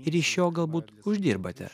ir iš jo galbūt uždirbate